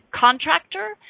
contractor